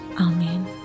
amen